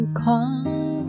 come